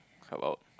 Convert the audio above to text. cover up